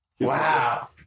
wow